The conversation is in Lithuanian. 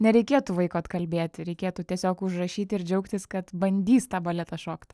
nereikėtų vaiko atkalbėti reikėtų tiesiog užrašyti ir džiaugtis kad bandys tą baletą šokt